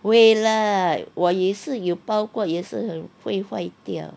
会 lah 我也是有包过也是会坏掉